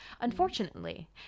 Unfortunately